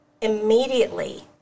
immediately